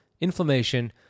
inflammation